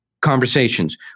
conversations